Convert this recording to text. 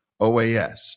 OAS